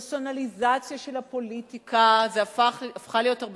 פרסונליזציה של הפוליטיקה הפכה להיות הרבה